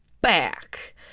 back